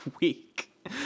week